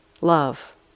love